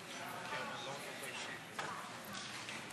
עדכון הסכום הבסיסי לפי שכר המינימום לעניין קצבת שירותים מיוחדים),